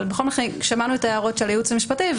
אבל בכל מקרה שמענו את ההערות של הייעוץ המשפטי,